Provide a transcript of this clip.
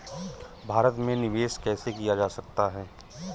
भारत में निवेश कैसे किया जा सकता है?